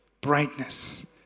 brightness